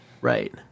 right